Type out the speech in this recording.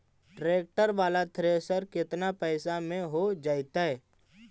Tractor बाला thresher केतना पैसा में हो जैतै?